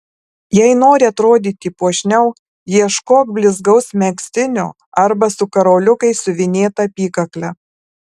jei nori atrodyti puošniau ieškok blizgaus megztinio arba su karoliukais siuvinėta apykakle